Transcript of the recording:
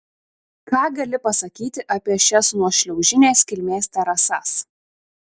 ką gali pasakyti apie šias nuošliaužinės kilmės terasas